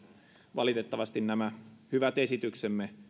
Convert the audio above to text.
valitettavasti nämä hyvät esityksemme